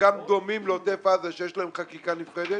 שבחלקם דומים לעוטף עזה, שיש להם חקיקה נפרדת.